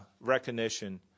recognition